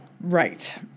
Right